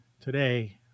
today